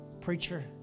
Preacher